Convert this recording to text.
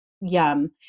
Yum